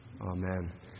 Amen